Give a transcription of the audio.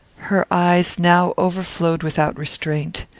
her eyes now overflowed without restraint.